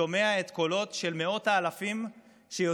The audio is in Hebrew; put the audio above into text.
שומע את הקולות של מאות האלפים שיוצאים